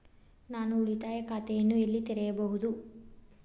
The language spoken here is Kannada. ನಾನು ಉಳಿತಾಯ ಖಾತೆಯನ್ನು ಎಲ್ಲಿ ತೆರೆಯಬಹುದು?